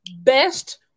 best